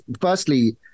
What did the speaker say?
firstly